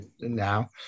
now